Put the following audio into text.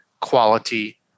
quality